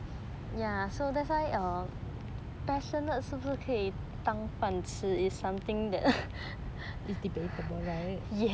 is debatable right